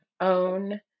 own